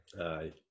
Aye